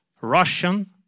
Russian